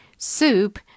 Soup